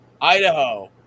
Idaho